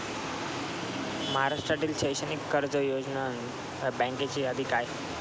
महाराष्ट्र शैक्षणिक कर्ज योजनेअंतर्गत कर्ज देणाऱ्या बँकांची यादी काय आहे?